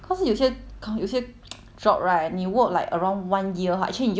job right 你 work like around one year ha actually 你就有一点腻掉的感觉 you know